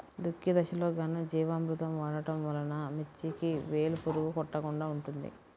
దుక్కి దశలో ఘనజీవామృతం వాడటం వలన మిర్చికి వేలు పురుగు కొట్టకుండా ఉంటుంది?